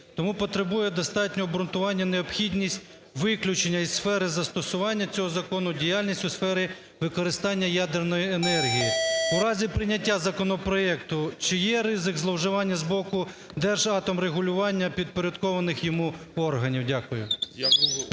Тому потребує достатнього обґрунтування необхідність виключення із сфери застосування цього Закону діяльність у сфері використання ядерної енергії. У разі прийняття законопроекту чи є ризик зловживання з боку "Держатомрегулювання", підпорядкованих йому органів? Дякую.